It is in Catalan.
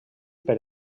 per